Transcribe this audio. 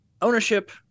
ownership